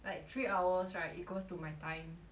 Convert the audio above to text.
like three hours right it goes to my time